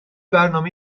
برنامه